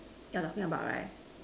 you are talking about right